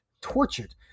tortured